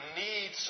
need